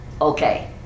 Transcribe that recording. okay